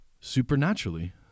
supernaturally